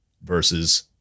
versus